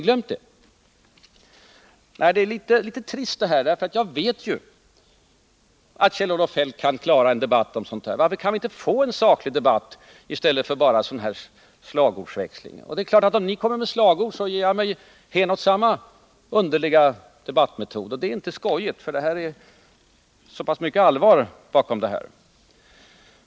Det hela är litet trist. Jag vet ju att Kjell-Olof Feldt har klart för sig dessa sammanhang. Varför kan vi då inte få en saklig debatt i stället för en slagordsväxling? Det är ju klart att om ni kommer med slagord så ger jag mig hän åt samma underliga debattmetod. Och det är inte roligt, för det ligger så att stimulera industrins investeringar pass mycket allvar bakom de problem som nu måste lösas.